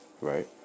right